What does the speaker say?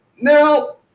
Now